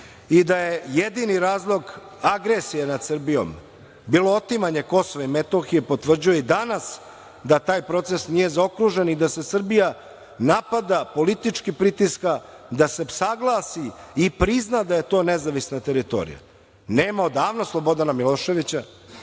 I, da je jedni razlog agresija nad Srbijom bilo otimanje Kosova i Metohije potvrđuje i danas da taj proces nije zaokružen i da se Srbija napada politički pritiska, da se saglasi i prizna da je to nezavisna teritorija. Nema odavno Slobodana Miloševića,